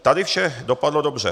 Tady vše dopadlo dobře.